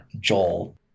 Joel